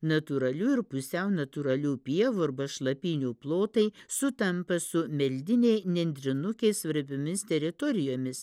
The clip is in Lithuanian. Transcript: natūralių ir pusiau natūralių pievų arba šlapynių plotai sutampa su meldinei nendrinukei svarbiomis teritorijomis